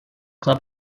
club